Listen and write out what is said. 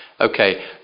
Okay